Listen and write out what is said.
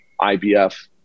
IBF